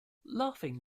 laughing